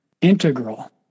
integral